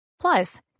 Plus